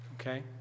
Okay